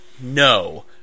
No